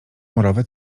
morowy